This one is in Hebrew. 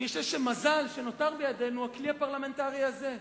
אני חושב שמזל שנותר בידינו הכלי הפרלמנטרי הזה,